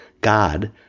God